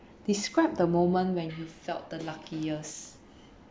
describe the moment when you felt the luckiest